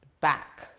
back